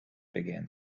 began